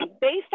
Based